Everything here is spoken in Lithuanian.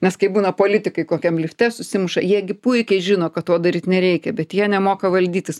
nes kai būna politikai kokiam lifte susimuša jie gi puikiai žino kad to daryt nereikia bet jie nemoka valdytis